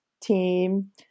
team